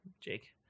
Jake